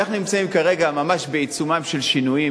אנחנו נמצאים כרגע בעיצומם של שינויים